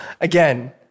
Again